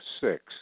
six